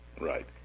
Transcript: Right